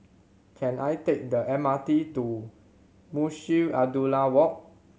can I take the M R T to Munshi Abdullah Walk